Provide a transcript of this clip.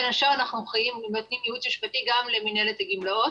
בין השאר אנחנו נותנים ייעוץ משפטי גם למנהלת הגמלאות.